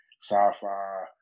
sci-fi